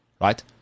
right